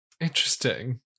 Interesting